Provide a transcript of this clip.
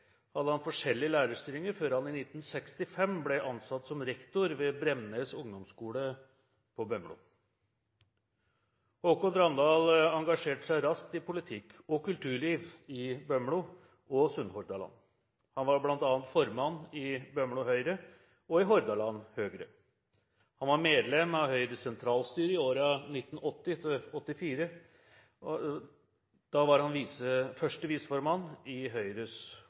hadde han forskjellige lærerstillinger før han i 1965 ble ansatt som rektor ved Bremnes ungdomsskule i Bømlo. Håkon Randal engasjerte seg raskt i politikk og kulturliv i Bømlo og Sunnhordland. Han var bl.a. formann i Bømlo Høgre og i Hordaland Høyre. Han var medlem av Høyres sentralstyre, og i årene 1980–1984 var han første viseformann i Høyres